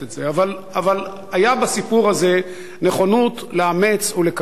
אבל היתה בסיפור הזה נכונות לאמץ ולקבל אותה.